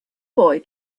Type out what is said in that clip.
boy